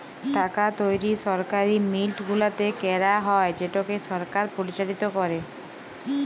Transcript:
টাকা তৈরি সরকারি মিল্ট গুলাতে ক্যারা হ্যয় যেটকে সরকার পরিচালিত ক্যরে